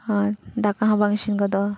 ᱟᱨ ᱫᱟᱠᱟ ᱦᱚᱸ ᱵᱟᱝ ᱤᱥᱤᱱ ᱜᱚᱫᱚᱜᱼᱟ